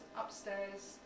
upstairs